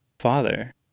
father